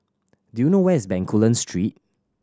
do you know where is Bencoolen Street